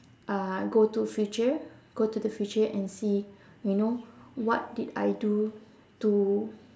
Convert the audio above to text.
uh go to future go to the future and see you know what did I do to